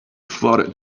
floated